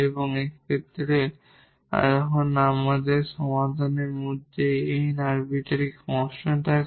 এবং এই ক্ষেত্রে যখন আমাদের সমাধানের মধ্যে এই n আরবিটারি কনস্ট্যান্ট থাকে